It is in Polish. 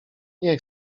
nie